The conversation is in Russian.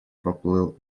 поплыл